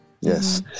yes